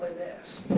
this.